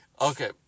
Okay